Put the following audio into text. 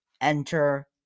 enter